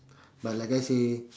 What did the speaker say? but like I say